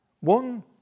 One